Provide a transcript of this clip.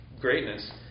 greatness